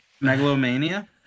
megalomania